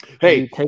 hey